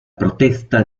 protesta